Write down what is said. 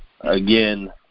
again